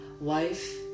life